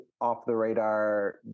off-the-radar